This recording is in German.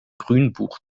grünbuch